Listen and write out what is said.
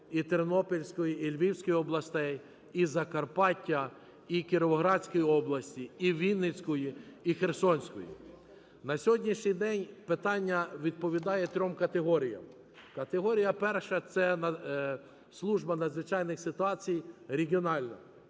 і Тернопільської, і Львівської областей, і Закарпаття, і Кіровоградської області, і Вінницької, і Херсонської. На сьогоднішній день питання відповідає трьом категоріям. Категорія перша – це служба надзвичайної ситуації регіональна,